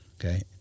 Okay